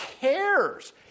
cares